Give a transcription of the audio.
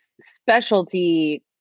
specialty